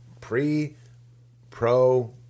pre-pro